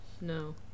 No